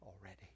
already